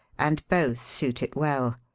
and both suit it well.